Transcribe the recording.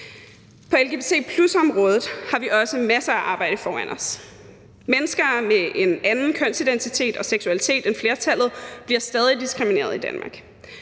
På lgbt+-området har vi også masser af arbejde foran os. Mennesker med en anden kønsidentitet og seksualitet end flertallet bliver stadig diskrimineret i Danmark,